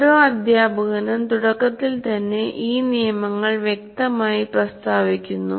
ഓരോ അദ്ധ്യാപകനും തുടക്കത്തിൽ തന്നെ ഈ നിയമങ്ങൾ വ്യക്തമായി പ്രസ്താവിക്കുന്നു